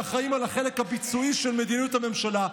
שאחראים על החלק הביצועי של מדיניות הממשלה.